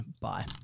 Bye